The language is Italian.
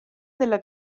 della